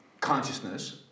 consciousness